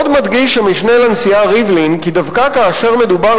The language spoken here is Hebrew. עוד מדגיש המשנה לנשיאה ריבלין כי דווקא כאשר מדובר